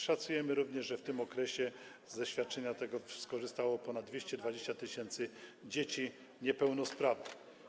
Szacujemy również, że w tym okresie ze tego świadczenia skorzystało ponad 220 tys. dzieci niepełnosprawnych.